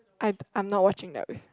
I I'm not watching that